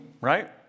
right